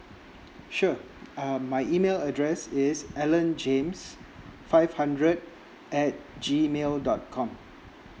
sure uh my email address is alan james five hundred at G mail dot com